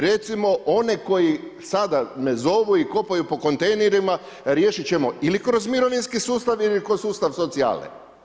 Recimo, one koji me sada zovu ili kopaju po kontejnerima, riješiti ćemo ili kroz mirovinski sustav ili kroz sustav socijale.